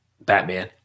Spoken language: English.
Batman